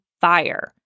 fire